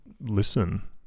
listen